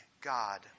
God